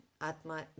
Atma